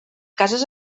cases